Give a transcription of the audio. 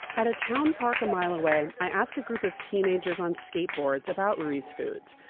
at a town park a mile away, i ask a group of teenagers on skateboards about ruiz foods.